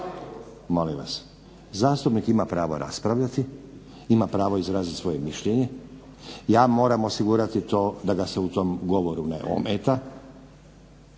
Molim vas! Zastupnik ima pravo raspravljati, ima pravo izrazit svoje mišljenje. Ja moram osigurati to da ga se u tom govoru ne ometa